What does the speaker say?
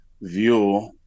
view